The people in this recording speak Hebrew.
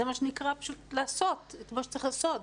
זה מה שנקרא פשוט לעשות את מה שצריך לעשות.